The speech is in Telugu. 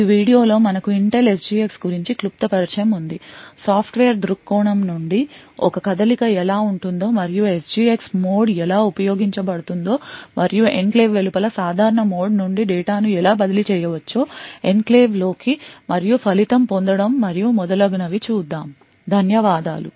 ఈ వీడియోలో మనకు Intel SGX గురించి క్లుప్త పరిచయం ఉంది సాఫ్ట్వేర్ దృక్కోణం నుండి ఒక కదలిక ఎలా ఉంటుందో మరియు SGX మోడ్ ఎలా ఉపయోగించబడుతుందో మరియు ఎన్క్లేవ్ వెలుపల సాధారణ మోడ్ నుండి డేటా ను ఎలా బదిలీ చేయవచ్చో ఎన్క్లేవ్ లోకి మరియు ఫలితం పొందడము మరియు మొదలగునవి చూద్దాం ధన్యవాదాలు